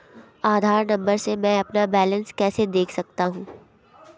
आधार number से मैं अपना बैलेंस कैसे देख सकता हूँ?